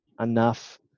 enough